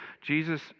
Jesus